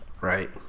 Right